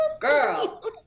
Girl